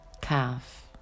calf